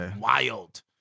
wild